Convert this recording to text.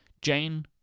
Jane